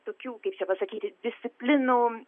tokių kaip čia pasakyti disciplinų